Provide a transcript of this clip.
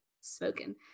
smoking